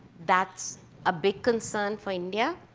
that's a big concern for india,